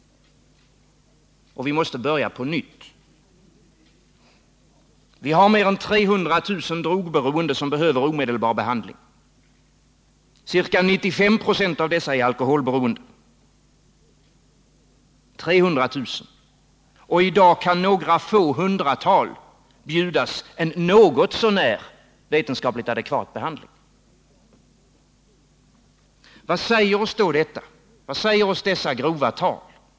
Vi måste börja på nytt. Vi har mer än 300 000 drogberoende som behöver omedelbar behandling. Ca 95 26 av dessa 300 000 är alkoholberoende. Och i dag kan några få hundratal erbjudas en något så när vetenskapligt adekvat behandling. Vad säger oss dessa grova tal?